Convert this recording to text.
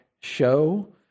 show